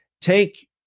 take